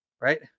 right